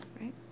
Right